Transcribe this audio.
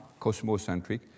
cosmocentric